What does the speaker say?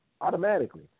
Automatically